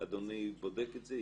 אדוני בודק את זה,